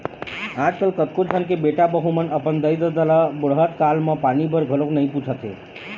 आजकल कतको झन के बेटा बहू मन अपन दाई ददा ल बुड़हत काल म पानी बर घलोक नइ पूछत हे